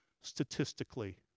statistically